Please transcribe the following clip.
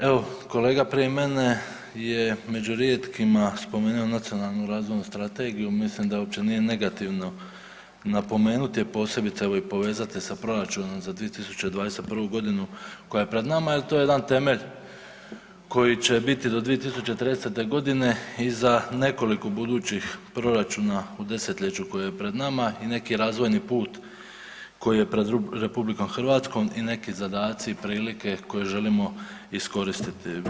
Evo kolega prije mene je među rijetkima spomenuo Nacionalnu razvojnu strategiju, mislim da uopće nije negativno napomenuti, a posebice evo i povezati sa proračunom za 2021. godinu koja je pred nama jer to jedan temelj koji će biti do 2030. godine i za nekoliko budućih proračuna u desetljeću koje je pred nama i neki razvojni put koji je pred RH i neki zadaci i prilike koje želimo iskoristiti.